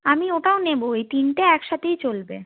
আমি ওটাও নেব এই তিনটে একসাথেই চলবে